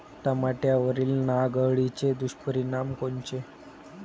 टमाट्यावरील नाग अळीचे दुष्परिणाम कोनचे?